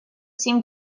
seem